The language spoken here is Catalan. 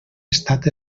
estat